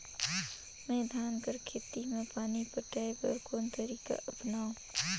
मैं धान कर खेती म पानी पटाय बर कोन तरीका अपनावो?